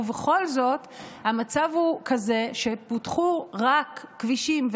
ובכל זאת המצב הוא כזה שפותחו רק כבישים,